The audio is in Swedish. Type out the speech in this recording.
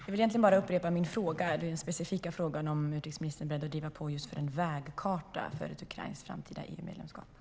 Herr talman! Jag vill egentligen bara upprepa den specifika frågan: Är utrikesministern beredd att driva på just för en vägkarta för ett ukrainskt framtida EU-medlemskap?